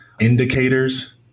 indicators